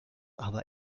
aber